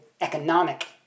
economic